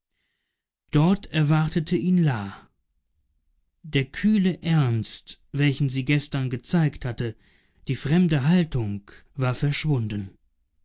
dort erwartete ihn la der kühle ernst welchen sie gestern gezeigt hatte die fremde haltung war verschwunden